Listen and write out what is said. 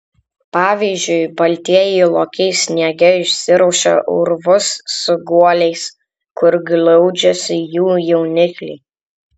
pavyzdžiui baltieji lokiai sniege išsirausia urvus su guoliais kur glaudžiasi jų jaunikliai